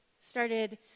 started